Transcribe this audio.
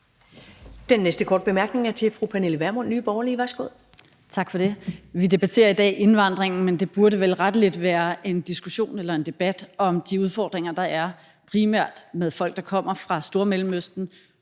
Den næste korte bemærkning er til fru Pernille Vermund, Nye Borgerlige. Værsgo. Kl. 10:22 Pernille Vermund (NB): Tak for det. Vi debatterer i dag indvandringen, men det burde vel rettelig være en debat om de udfordringer, der primært er med folk, der kommer fra Stormellemøsten,